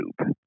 youtube